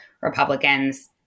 Republicans